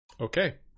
Okay